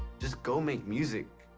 just go make music.